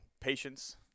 Patience